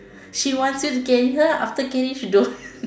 he wants to carry her after carry she go